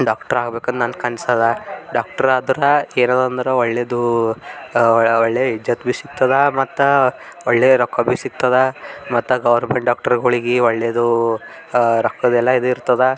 doctor ಆಗಬೇಕು ಅಂತ ನನ್ನ ಕನ್ಸಿದ ಡಾಕ್ಟರ್ ಆದ್ರೆ ಏನಿದೆ ಅಂದ್ರೆ ಒಳ್ಳೆಯದು ಒಳ್ಳೆ ಇಜ್ಜತ್ ಭೀ ಸಿಗ್ತದೆ ಮತ್ತು ಒಳ್ಳೆ ರೊಕ್ಕ ಭೀ ಸಿಗ್ತದೆ ಮತ್ತೆ ಗೌರ್ಮೆಂಟ್ ಡಾಕ್ಟರ್ಗಳಿಗೆ ಒಳ್ಳೆಯದು ರೊಕ್ಕದ್ದು ಎಲ್ಲ ಇದು ಇರ್ತದೆ